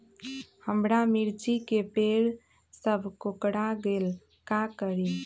हमारा मिर्ची के पेड़ सब कोकरा गेल का करी?